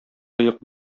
кыек